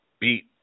beat